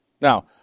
Now